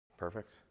perfect